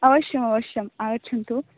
अवश्यम् अवश्यं आगच्छन्तु